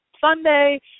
Sunday